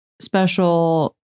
special